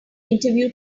interview